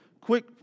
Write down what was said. quick